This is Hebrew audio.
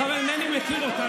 אינני מכיר אותה,